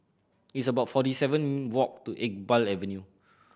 it's about forty seven walk to Iqbal Avenue